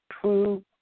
true